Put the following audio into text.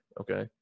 Okay